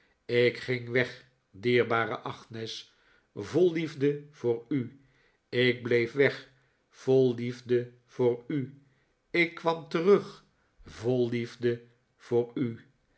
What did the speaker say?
ik ging weg dierbare agnes vol liefde voor u ik bleef weg vol liefde voor u ik kwam terug vol liefde voor u